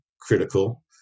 critical